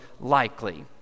likely